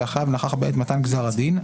והחייב נכח בעת מתן גזר הדין,